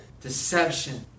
Deception